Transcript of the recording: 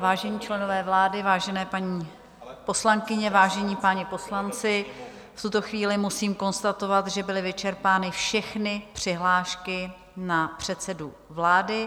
Vážení členové vlády, vážené paní poslankyně, vážení páni poslanci, v tuto chvíli musím konstatovat, že byly vyčerpány všechny přihlášky na předsedu vlády.